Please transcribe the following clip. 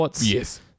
Yes